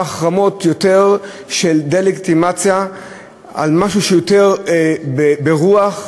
יותר של דה-לגיטימציה של משהו שהוא יותר ברוח,